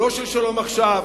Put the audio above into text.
לא של "שלום עכשיו",